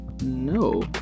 no